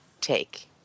take